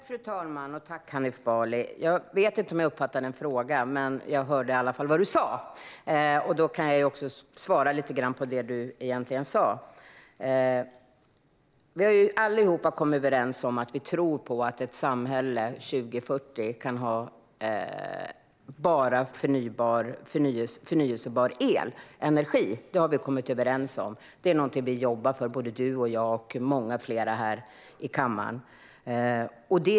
Fru talman! Jag tackar Hanif Bali för detta. Jag vet inte om jag uppfattade en fråga, men jag hörde i alla fall vad du sa. Då kan jag svara lite grann på det som du egentligen sa. Vi har alla kommit överens om att vi tror att vi kan ha ett samhälle 2040 med bara förnybar elenergi. Det är någonting som vi jobbar för, både du och jag och många fler här i kammaren.